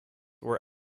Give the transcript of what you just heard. were